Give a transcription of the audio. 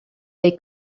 they